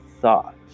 thought